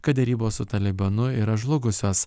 kad derybos su talibanu yra žlugusios